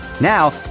Now